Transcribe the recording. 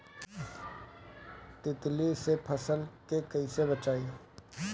तितली से फसल के कइसे बचाई?